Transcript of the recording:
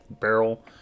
barrel